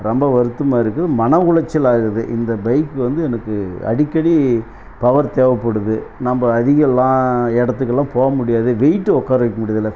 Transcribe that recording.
ரொம்ப வருத்தமாக இருக்கு மன உளைச்சல் ஆகுது இந்த பைக் வந்து எனக்கு அடிக்கடி பவர் தேவைப்படுது நம்ப அதிக லா இடத்துக்குலாம் போக முடியாது வெயிட் உட்கார வைக்க முடியிறதில்லை